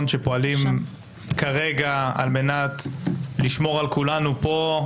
שפועלים כרגע על מנת לשמור על כולנו פה,